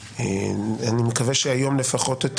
אני מקווה שהיום לפחות את